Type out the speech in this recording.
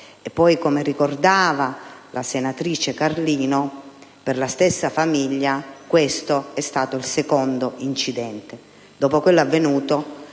titolari. Come ricordava la senatrice Carlino, per la stessa famiglia questo è stato il secondo incidente,